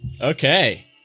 Okay